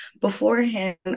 beforehand